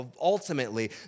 ultimately